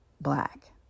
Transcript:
black